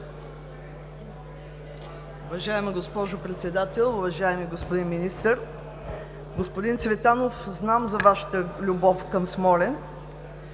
Уважаема госпожо Председател, уважаеми господин Министър! Господин Цветанов, знам за Вашата любов към Смолян.